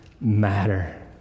matter